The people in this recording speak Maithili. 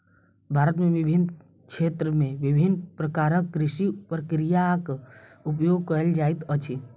भारत में विभिन्न क्षेत्र में भिन्न भिन्न प्रकारक कृषि प्रक्रियाक उपयोग कएल जाइत अछि